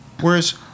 Whereas